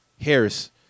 Harris